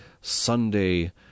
sunday